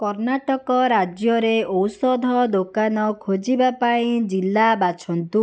କର୍ଣ୍ଣାଟକ ରାଜ୍ୟରେ ଔଷଧ ଦୋକାନ ଖୋଜିବା ପାଇଁ ଜିଲ୍ଲା ବାଛନ୍ତୁ